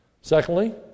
Secondly